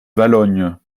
valognes